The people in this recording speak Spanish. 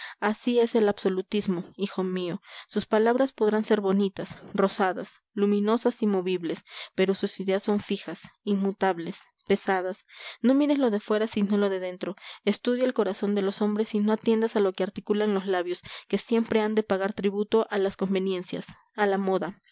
así es el absolutismo hijo mío sus palabras podrán ser bonitas rosadas luminosas y movibles pero sus ideas son fijas inmutables pesadas no mires lo de fuera sino lo de dentro estudia el corazón de los hombres y no atiendas a lo que articulan los labios que siempre han de pagar tributo a las conveniencias a la moda